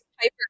Piper